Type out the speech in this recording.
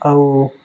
ଆଉ